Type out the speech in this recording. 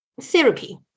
therapy